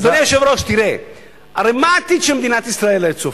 אדוני היושב-ראש, הרי מה העתיד שמדינת ישראל צופה?